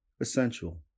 essential